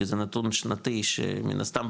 כי זה נתון שנתי שמן הסתם,